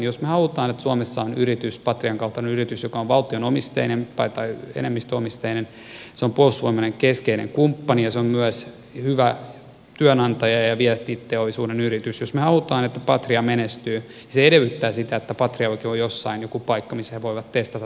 jos me haluamme että suomessa on yritys patrian kaltainen yritys joka on valtio omisteinen tai jossa valtio on enemmistöomistajana joka on puolustusvoimien keskeinen kumppani ja joka on myös hyvä työnantaja ja vientiteollisuuden yritys jos me haluamme että patria menestyy se edellyttää sitä että patriallakin on jossain joku paikka missä he voivat testata tuotteitaan